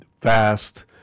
fast